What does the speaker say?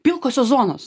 pilkosios zonos